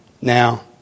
now